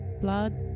blood